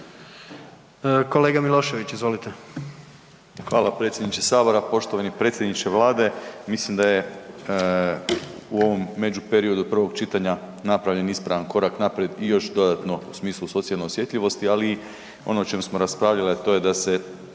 Kolega Milošević, izvolite.